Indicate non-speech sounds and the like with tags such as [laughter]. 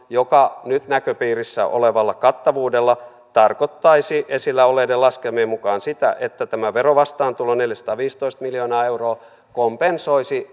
[unintelligible] joka nyt näköpiirissä olevalla kattavuudella tarkoittaisi esillä olleiden laskelmien mukaan sitä että tämä verovastaantulo neljäsataaviisitoista miljoonaa euroa kompensoisi [unintelligible]